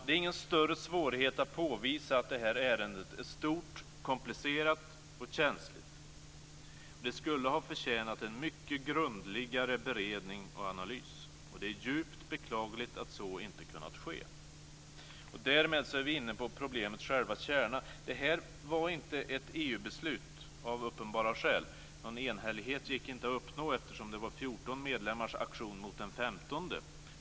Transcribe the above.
Det är ingen större svårighet att påvisa att det här ärendet är stort, komplicerat och känsligt. Det skulle ha förtjänat en mycket grundligare beredning och analys. Det är djupt beklagligt att så inte har kunnat ske. Därmed är vi inne på problemets själva kärna. Det här var inte ett EU-beslut, av uppenbara skäl. Någon enhällighet gick inte att uppnå, eftersom det var 14 medlemmars aktion mot den 15:e.